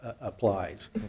applies